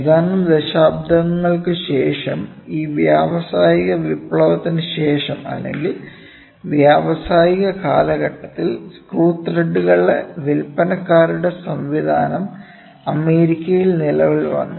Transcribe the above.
ഏതാനും ദശാബ്ദങ്ങൾക്ക് ശേഷം ഈ വ്യാവസായിക വിപ്ലവത്തിനുശേഷം അല്ലെങ്കിൽ വ്യാവസായിക കാലഘട്ടത്തിൽ സ്ക്രൂ ത്രെഡുകളുടെ വിൽപ്പനക്കാരുടെ സംവിധാനം അമേരിക്കയിൽ നിലവിൽ വന്നു